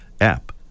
app